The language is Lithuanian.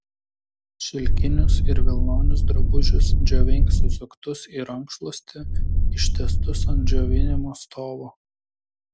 šilkinius ir vilnonius drabužius džiovink susuktus į rankšluostį ištiestus ant džiovinimo stovo